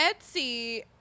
Etsy